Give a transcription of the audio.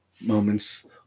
moments